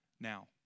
Now